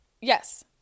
Yes